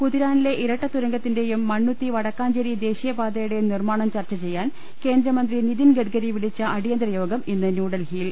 കുതിരാനിലെ ഇരട്ടതുരങ്കത്തിന്റെയും മണ്ണൂത്തി വടക്കാ ഞ്ചേരി ദേശീയപാതയുടെയ്യും നിർമാണം ചർച്ച ചെയ്യാൻ കേന്ദ്രമന്ത്രി നിതിൻ ഗഡ്ഗരി വിളിച്ച അടിയന്തരയോഗം ഇന്ന് ന്യൂഡൽഹിയിൽ